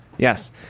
Yes